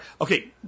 okay